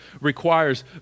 requires